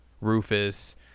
Rufus